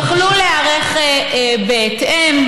יכלו להיערך בהתאם,